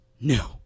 No